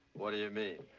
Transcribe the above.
what do you mean?